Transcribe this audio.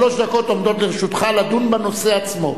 שלוש דקות עומדות לרשותך לדון בנושא עצמו.